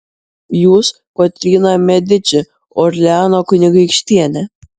jūs kotryna mediči orleano kunigaikštienė